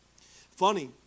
Funny